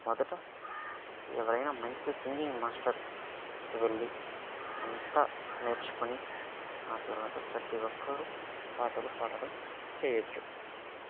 మొదట ఎవరైనా మంచి సింగింగ్ మాస్టర్ కి వెళ్ళి అంతా నేర్చుకొని ఆ తర్వాత ప్రతి ఒక్కరు పాటలు పాడడం చేయొచ్చు